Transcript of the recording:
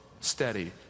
steady